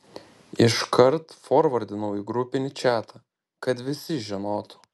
iškart forvardinau į grupinį čatą kad visi žinotų